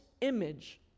image